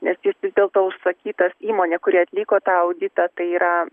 nes jis vis dėlto užsakytas įmonė kuri atliko tą auditą tai yra